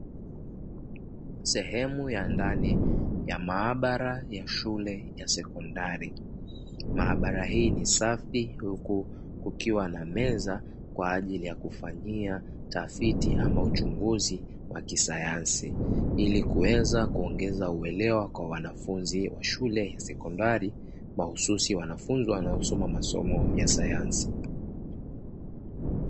Sehemu ya ndani ya maabara ya shule ya sekondari, maabara hii ni safi huku kukiwa na meza kwa ajili ya kufanyia tafiti ama uchunguzi wa kisayansi ili kuweza kuongeza uwelewa kwa wanafunzi wa shule ya sekondari hasa wanafunzi wanaosoma masomo ya sayansi.